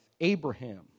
Abraham